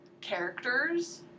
characters